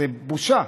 זו פשוט בושה.